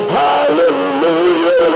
hallelujah